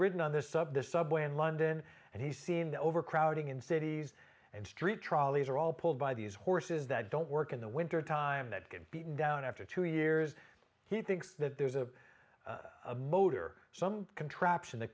written on this sub the subway in london and he's seen the overcrowding in cities and street trolleys are all pulled by these horses that don't work in the wintertime that get beaten down after two years he thinks that there's a motor some contraption that